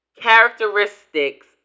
characteristics